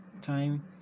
time